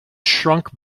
shrunk